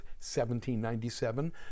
1797